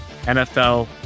NFL